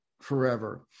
Forever